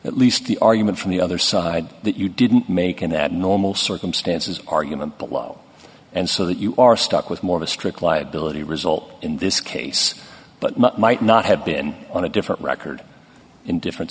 at least the argument from the other side that you didn't make in that normal circumstances argument below and so that you are stuck with more of a strict liability result in this case but might not have been on a different record in different